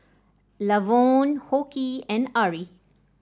Lavonne Hoke and Ari